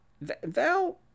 Val